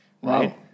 Wow